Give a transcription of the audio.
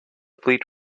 fleet